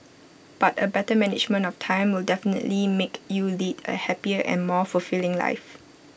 but A better management of time will definitely make you lead A happier and more fulfilling life